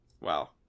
Wow